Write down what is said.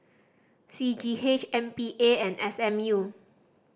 C G H M P A and S M U